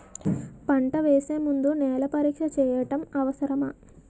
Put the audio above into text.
పంట వేసే ముందు నేల పరీక్ష చేయటం అవసరమా?